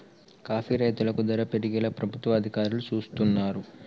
coffee రైతులకు ధర పెరిగేలా ప్రభుత్వ అధికారులు సూస్తున్నారు